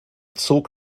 zog